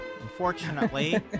Unfortunately